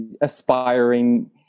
aspiring